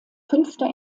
fünfter